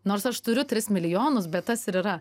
nors aš turiu tris milijonus bet tas yra